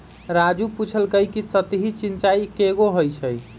राजू पूछलकई कि सतही सिंचाई कैगो होई छई